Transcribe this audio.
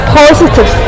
positive